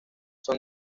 son